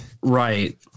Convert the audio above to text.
Right